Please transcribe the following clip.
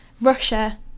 russia